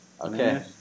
Okay